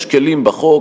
יש כלים בחוק,